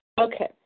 Okay